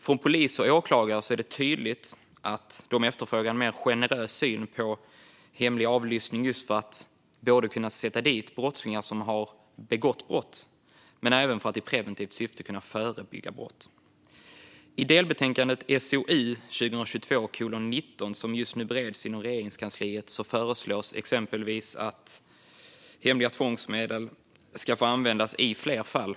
Det är tydligt att polis och åklagare efterfrågar en mer generös syn på hemlig avlyssning för att kunna sätta dit brottslingar som har begått brott och för att kunna förebygga brott genom att agera i preventivt syfte. I delbetänkandet SOU 2022:19, som just nu bereds inom Regeringskansliet, föreslås att hemliga tvångsmedel ska få användas i fler fall.